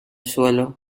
suelo